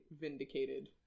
vindicated